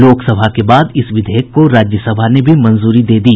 लोकसभा के बाद इस विधेयक को राज्यसभा ने भी मंजूरी दे दी